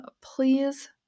please